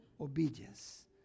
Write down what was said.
obedience